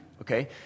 okay